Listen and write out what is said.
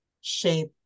shape